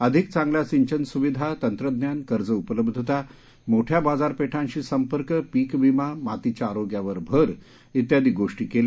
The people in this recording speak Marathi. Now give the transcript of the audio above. अधिक चांगल्या सिंचन सुविधा तंत्रज्ञान कर्ज उपलब्धता मोठ्या बाजारपेठांशी संपर्क पीकविमा मातीच्या आरोग्यावर भर व्यादी गोष्टी केल्या